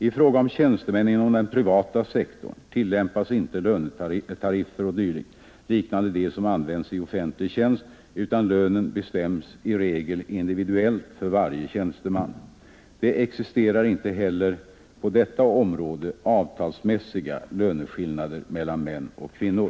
I fråga om tjänstemän inom den privata sektorn tillämpas inte lönetariffer e. d. liknande de som används i offentlig tjänst utan lönen bestäms i regel individuellt för varje tjänsteman. Det existerar inte heller på detta område avtalsmässiga löneskillnader mellan män och kvinnor.